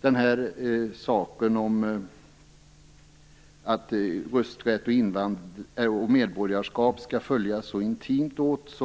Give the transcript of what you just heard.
Utskottsmajoriteten vill att rösträtt och medborgarskap skall följas intimt åt,